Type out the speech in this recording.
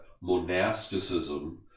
monasticism